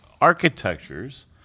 architectures